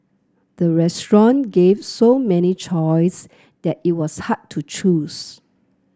the restaurant gave so many choice that it was hard to choose